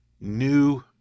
new